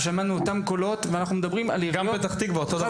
שמענו את אותם קולות ואנחנו מדברים על עיריות חזקות.